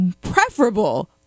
preferable